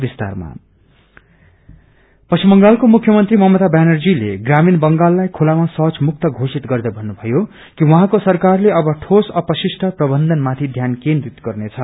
ओएफडि पश्चिम बंगालको मुख्यमंत्री ममता व्यानर्जीले ग्रामीण बंगाललाई खुलामा शौच मुक्त घोषित गर्दै भन्नुभयो कि उहाँको सरकारले अव इोस अपशिष्ट प्रवन्धनमाथि ध्यान केन्द्रित गर्नेछ